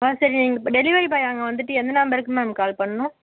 ஆ சரி நீங்கள் இப் டெலிவரி பாய் அங்கே வந்துவிட்டு எந்த நம்பருக்கு மேம் கால் பண்ணனும்